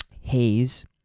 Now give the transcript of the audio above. haze